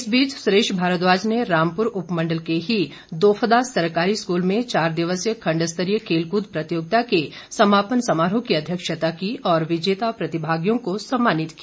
इस बीच सुरेश भारद्वाज ने रामपुर उपमंडल के ही दोफदा सरकारी स्कूल में चार दिवसीय खंड स्तरीय खेलकूद प्रतियोगिता के समापन समारोह की अध्यक्षता की और विजेता प्रतिभागियां को सम्मानित किया